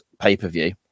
pay-per-view